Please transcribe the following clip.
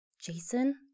Jason